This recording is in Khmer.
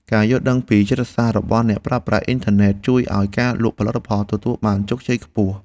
ការយល់ដឹងពីចិត្តសាស្ត្ររបស់អ្នកប្រើប្រាស់អ៊ិនធឺណិតជួយឱ្យការលក់ផលិតផលទទួលបានជោគជ័យខ្ពស់។